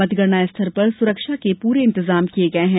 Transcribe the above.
मतगणना स्थल पर सुरक्षा के पूरे इंतजाम किए गए हैं